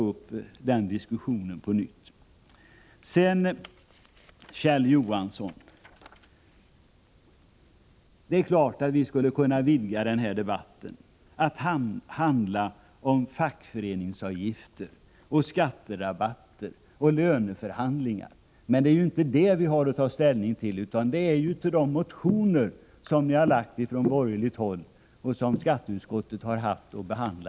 Det är klart att vi, Kjell Johansson, skulle kunna vidga den här debatten till att också handla om fackföreningsavgifter, skatterabatter och löneförhandlingar, men det är ju inte de frågorna vi har att ta ställning till, utan till de motioner som har väckts från borgerligt håll och som skatteutskottet haft att behandla.